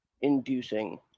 inducing